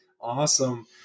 Awesome